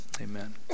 amen